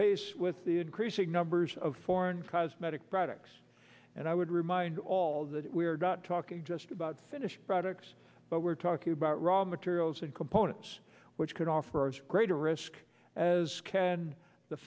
pace with the increasing numbers of foreign cosmetic products and i would remind all that we are not talking just about finished products but we're talking about raw materials and components which could offer us greater risk as can the